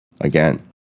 Again